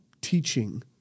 teaching